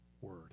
word